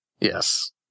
Yes